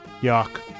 Yuck